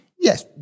Yes